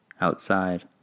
Outside